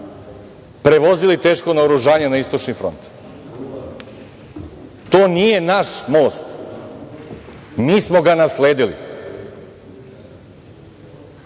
prevozili teško naoružanje na istočni front. To nije naš most. Mi smo ga nasledili. Čudi